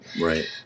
Right